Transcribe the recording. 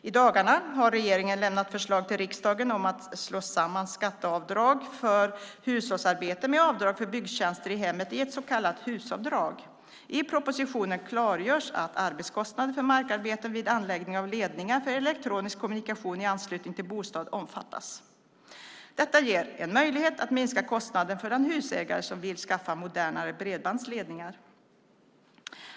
I dagarna har regeringen lämnat förslag till riksdagen om att slå samman skatteavdrag för hushållsarbete med avdrag för byggtjänster i hemmet i ett så kallat HUS-avdrag. I propositionen klargörs att arbetskostnaden för markarbeten vid anläggning av ledningar för elektronisk kommunikation i anslutning till bostad omfattas. Detta ger en möjlighet att minska kostnaden för den husägare som vill skaffa modernare bredbandsledningar.